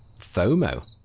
FOMO